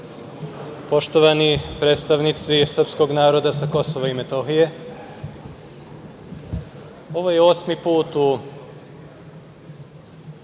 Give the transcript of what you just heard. poštovani predstavnici srpskog naroda sa Kosova i Metohije, ovo je osmi put u